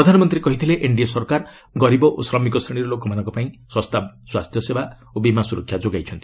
ପ୍ରଧାନମନ୍ତ୍ରୀ କହିଥିଲେ ଏନ୍ଡିଏ ସରକାର ଗରିବ ଓ ଶ୍ରମିକ ଶ୍ରେଣୀର ଲୋକମାନଙ୍କ ପାଇଁ ଶସ୍ତା ସ୍ୱାସ୍ଥ୍ୟସେବା ଓ ବୀମା ସ୍ୱରକ୍ଷା ଯୋଗାଇଛନ୍ତି